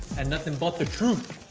and nothing but the truth!